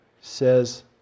says